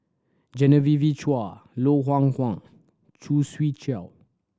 Genevieve Chua Low Khoo Swee Chiow